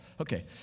okay